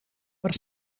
per